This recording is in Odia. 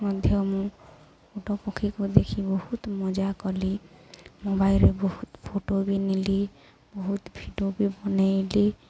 ମଧ୍ୟ ମୁଁ ଓଟ ପକ୍ଷୀକୁ ଦେଖି ବହୁତ ମଜା କଲି ମୋବାଇଲରେ ବହୁତ ଫଟୋ ବି ନେଲି ବହୁତ ଭିଡ଼ିଓ ବି ବନାଇଲି